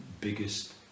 biggest